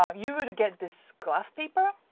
um you would get this graph paper.